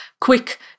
quick